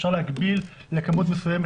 אפשר להגביל לכמות מסוימת,